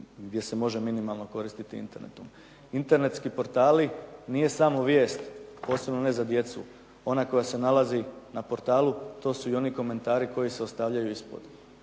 gdje se može minimalno koristiti Internetom. Internetski portali nije samo vijest, posebno ne za djecu, ona koja se nalazi na portalu. To su i oni komentari koji se ostavljaju ispod.